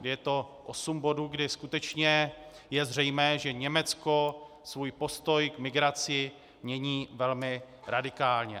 Je to osm bodů, kdy skutečně je zřejmé, že Německo svůj postoj k migraci mění velmi radikálně.